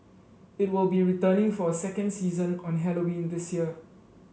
it will be returning for a second season on Halloween this year